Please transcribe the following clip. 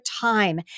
time